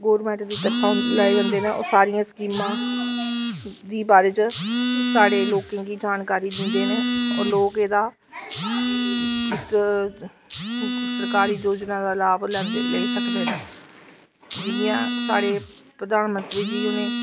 government दी तरफा लाए जंदे न ओह् सारियां स्कीमां इसदे बारे च साढ़े लोकें गी जानकारी दिंदे न होर लोग एह्दा इक सरकारी योजना दा लाभ लैंदे न लेई सकदे न जियां साढ़े प्रधानमंत्री जी होरें